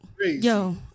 Yo